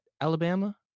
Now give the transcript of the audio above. alabama